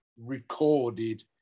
recorded